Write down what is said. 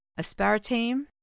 aspartame